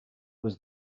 was